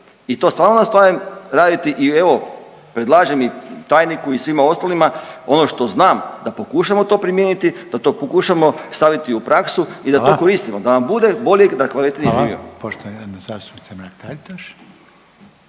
i to stvarno nastavljam raditi i evo predlažem i tajniku i svima ostalima ono što znam da pokušamo to primijeniti, da to pokušamo staviti u praksu i da to …/Upadica: Hvala./… koristimo, da nam bude bolje i da kvalitetnije živimo.